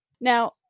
Now